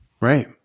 Right